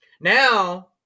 Now